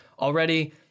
already